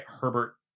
Herbert